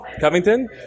Covington